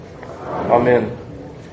Amen